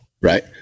Right